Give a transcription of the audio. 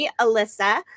Alyssa